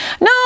no